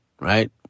right